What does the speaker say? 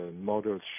models